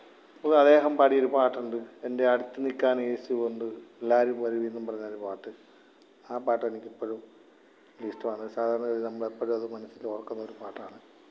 അപ്പം അദ്ദേഹം പാടിയൊരു പാട്ടുണ്ട് എന്റെ അടുത്ത് നിൽക്കാന് യേശുവുണ്ട് എല്ലാവരും വരുകെന്നും പറഞ്ഞൊരു പാട്ട് ആ പാട്ടെനിക്കെപ്പോഴും ഇഷ്ടമാണ് സാധാരണഗതി നമ്മളെപ്പോഴും അത് മനസ്സിലോര്ക്കുന്നൊരു പാട്ടാണ്